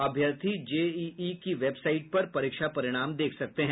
अभ्यर्थी जेईई की वेबसाईट पर परीक्षा परिणाम देख सकते हैं